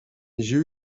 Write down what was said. j’ai